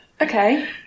Okay